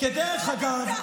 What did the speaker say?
כדרך אגב,